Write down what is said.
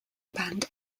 band